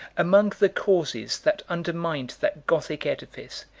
among the causes that undermined that gothic edifice,